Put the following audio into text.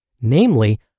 namely